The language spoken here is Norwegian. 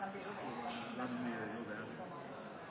Jeg oppfordrer derfor til å